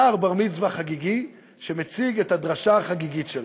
נער בר-מצווה חגיגי שמציג את הדרשה החגיגית שלו.